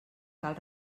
cal